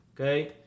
okay